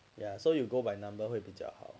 ya so you go by number 会比较好